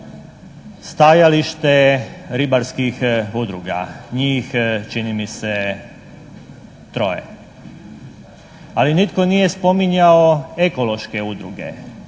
stajalište ribarskih udruga, njih čini mi se troje. Ali nitko nije spominjao ekološke udruge,